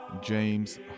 James